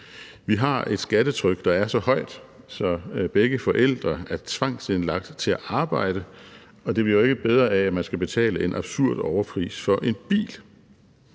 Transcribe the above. Vi har et skattetryk, der er så højt, at begge forældre er tvangsindlagt til at arbejde, og det bliver ikke bedre af, at man skal betale en absurd overpris for en bil.